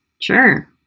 Sure